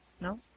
no